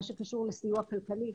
מה שקשור לסיוע כלכלי.